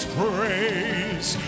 praise